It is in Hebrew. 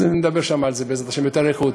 אז נדבר שם על זה, בעזרת השם, באריכות.